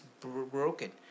broken